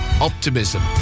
optimism